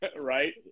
Right